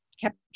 kept